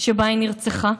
שבה היא נרצחה.